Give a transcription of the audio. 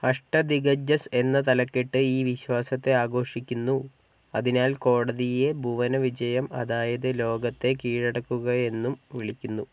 അഷ്ടദിഗ്ഗജസ് എന്ന തലക്കെട്ട് ഈ വിശ്വാസത്തെ ആഘോഷിക്കുന്നു അതിനാൽ കോടതിയെ ഭുവന വിജയം അതായത് ലോകത്തെ കീഴടക്കുക എന്നും വിളിക്കുന്നു